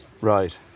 Right